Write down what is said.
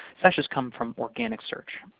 that's just come from organic search.